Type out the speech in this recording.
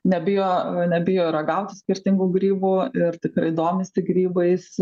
nebijo nebijo ragauti skirtingų grybų ir tikrai domisi grybais